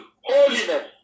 holiness